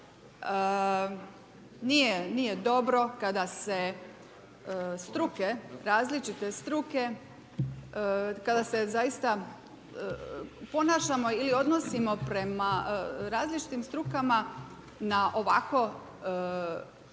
nije dobro kada se struke, različite struke kada se zaista ponašamo ili odnosimo prema različitim strukama na ovako